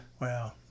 wow